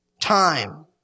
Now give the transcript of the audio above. time